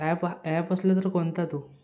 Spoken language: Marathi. ॲ ॲप असल्या तर कोणता तो